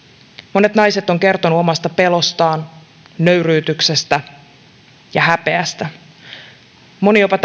monet naiset ovat kertoneet omasta pelostaan nöyryytyksestä ja häpeästä moni jopa